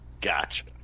Gotcha